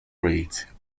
rate